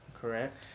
correct